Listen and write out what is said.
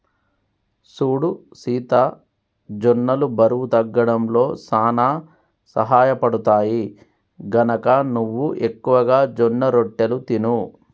సూడు సీత జొన్నలు బరువు తగ్గడంలో సానా సహయపడుతాయి, గనక నువ్వు ఎక్కువగా జొన్నరొట్టెలు తిను